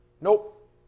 Nope